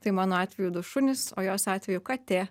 tai mano atveju du šunys o jos atveju katė